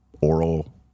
oral